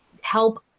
help